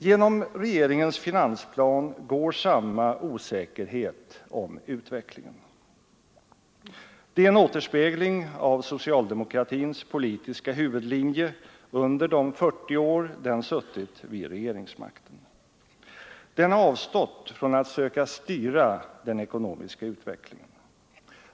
Genom regeringens finansplan går samma osäkerhet om utvecklingen. Det är en återspegling av socialdemokratins politiska huvudlinje under de 40 år den suttit vid regeringsmakten. Den har avstått från att söka styra den ekonomiska utvecklingen.